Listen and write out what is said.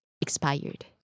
expired